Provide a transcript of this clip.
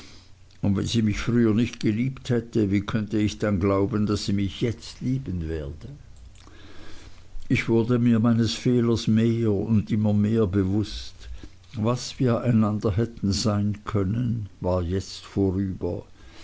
und wenn sie mich früher nicht geliebt hätte wie könnte ich dann glauben daß sie mich jetzt lieben werde ich wurde mir meines fehlers immer mehr und mehr bewußt was wir einander hätten sein können war jetzt vorüber